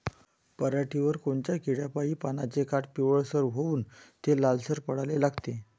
पऱ्हाटीवर कोनत्या किड्यापाई पानाचे काठं पिवळसर होऊन ते लालसर पडाले लागते?